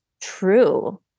true